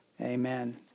Amen